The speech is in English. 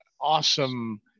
awesome